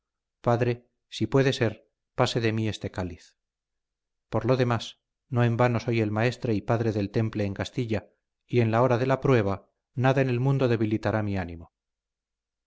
padre si puede ser pase de mí este cáliz por lo demás no en vano soy el maestre y padre del temple en castilla y en la hora de la prueba nada en el mundo debilitará mi ánimo